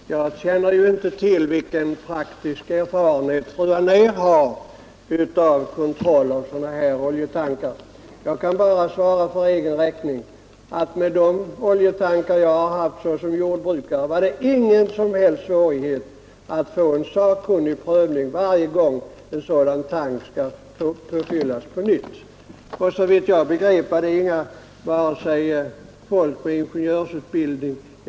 Herr talman! Jag känner ju inte till vilken praktisk erfarenhet fru Anér har av kontroll av sådana här oljetankar. Jag kan bara svara för egen räkning, att med de oljetankar jag har haft som jordbrukare var det ingen som helst svårighet att få en sakkunnig prövning varje gång en sådan tank skulle fyllas på nytt. Och såvitt jag begrep var det inte fråga om folk med ingenjörsutbildning.